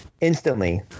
instantly